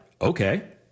okay